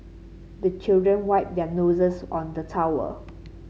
the children wipe their noses on the towel